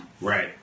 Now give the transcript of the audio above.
Right